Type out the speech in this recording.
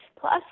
plus